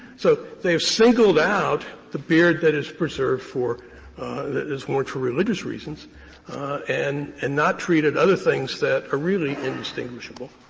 so they have singled out the beard that is preserved for that is more to religious reasons and and not treated other things that are really indistinguishable.